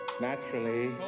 naturally